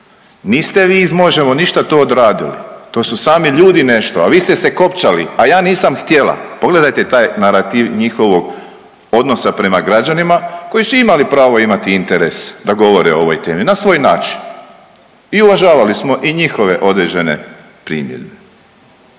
Niste vi iz MOŽEMO ništa to odradili, to su sami ljudi nešto, a vi ste se kopčali, a ja nisam htjela. Pogledajte taj narativ njihovog odnosa prema građanima koji su imali pravo imati interes da govore o ovoj temi na svoj način. I uvažavali smo i njihove određene primjedbe.